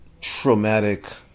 traumatic